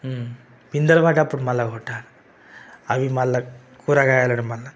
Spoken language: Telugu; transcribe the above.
ఇందలవాటప్పుడు మళ్ళా కొంటారు అవి మళ్ళా కూరగాయలను మంద